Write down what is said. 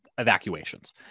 evacuations